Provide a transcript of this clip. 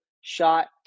shot